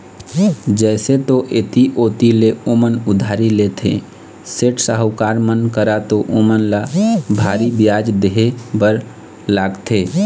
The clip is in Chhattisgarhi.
जइसे जो ऐती ओती ले ओमन उधारी लेथे, सेठ, साहूकार मन करा त ओमन ल भारी बियाज देहे बर लागथे